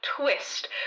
twist